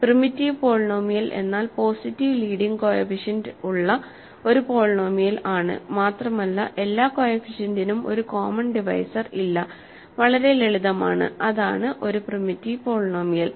primitive polynomial എന്നാൽ positive leading coefficient ഉള്ള ഒരു പോളിനോമിയൽ ആണ് മാത്രമല്ല എല്ലാ കോഎഫിഷ്യന്റിനും ഒരു കോമൺ ഡിവൈസർ ഇല്ല വളരെ ലളിതമാണ് അതാണ് ഒരു പ്രിമിറ്റീവ് പോളിനോമിയൽ